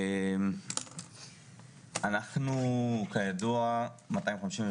הוא יודע לבוא ולדייק איפה זה מתאים,